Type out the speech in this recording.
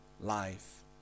life